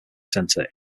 center